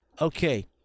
Okay